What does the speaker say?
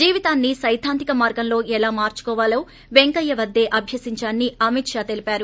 జీవితాన్ని సైద్దాంతిక మార్గంలో ఎలా మార్చుకోవాలో వెంకయ్య వద్దే అభ్యసించానని అమిత్షా తెలీపారు